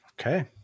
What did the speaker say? Okay